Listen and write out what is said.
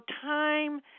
time